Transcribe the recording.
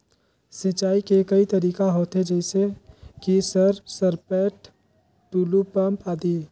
सिंचाई के कई तरीका होथे? जैसे कि सर सरपैट, टुलु पंप, आदि?